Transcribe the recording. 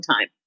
time